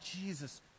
Jesus